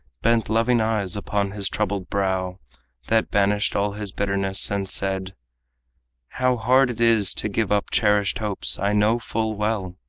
bent loving eyes upon his troubled brow that banished all his bitterness and said how hard it is to give up cherished hopes i know full well.